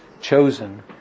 chosen